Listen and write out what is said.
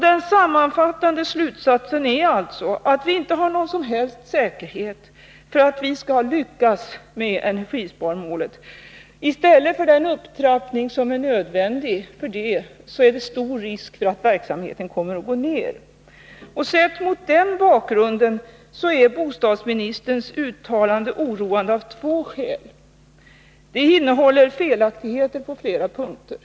Den sammanfattande slutsatsen är alltså att vi inte har någon som helst säkerhet för att vi skall lyckas med energisparmålet. I stället för att det sker en upptrappning, som är nödvändig för detta, är det stor risk för att verksamheten går ner. Sett mot den bakgrunden är bostadsministerns uttalande oroande av två skäl. Det innehåller för det första felaktigheter på flera punkter.